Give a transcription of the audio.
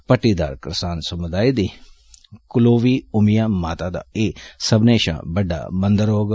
पट्टीदार करसान समुदाय दी कुलदेवी उमिया माता दा एह् सब्बनें षा बड्डा मंदा होग